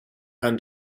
and